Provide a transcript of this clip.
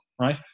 right